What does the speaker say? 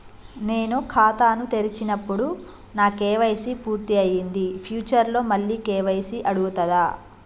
నేను ఖాతాను తెరిచినప్పుడు నా కే.వై.సీ పూర్తి అయ్యింది ఫ్యూచర్ లో మళ్ళీ కే.వై.సీ అడుగుతదా?